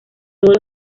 todos